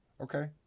Okay